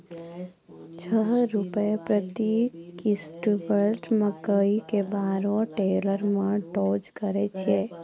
छह रु प्रति क्विंटल मकई के बोरा टेलर पे लोड करे छैय?